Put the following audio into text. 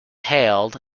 hailed